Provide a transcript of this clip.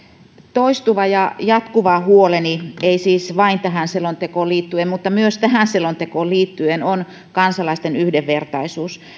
toistuva ja jatkuva huoleni ei siis vain tähän selontekoon liittyen mutta myös tähän selontekoon liittyen on kansalaisten yhdenvertaisuus